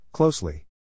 Closely